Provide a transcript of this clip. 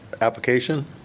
application